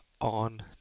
On